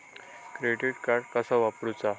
Credit card कसा वापरूचा?